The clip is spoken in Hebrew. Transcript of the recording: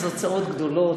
אז ההוצאות גדולות,